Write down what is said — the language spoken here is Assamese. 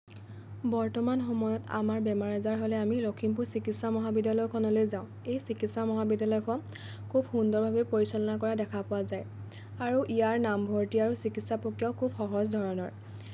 বৰ্তমান সময়ত আমাৰ বেমাৰ আজাৰ হ'লে আমি লক্ষিমপুৰ চিকিৎসা মহাবিদ্যালয়খনলৈ যাওঁ এই চিকিৎসা মহাবিদ্যালয়খন খুব সুন্দৰভাৱে পৰিচালনা কৰা দেখা পোৱা যায় আৰু ইয়াৰ নামভৰ্তি আৰু চিকিৎসা প্ৰক্ৰিয়াও খুব সহজ ধৰণৰ